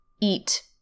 eat